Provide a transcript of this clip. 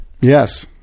yes